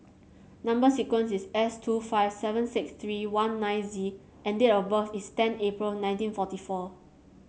number sequence is S two five seven six three one nine Z and date of birth is ten April nineteen forty four